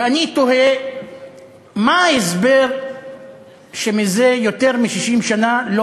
ואני תוהה מה ההסבר לכך שזה יותר מ-60 שנה לא